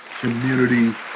Community